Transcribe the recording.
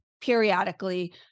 periodically